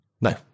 No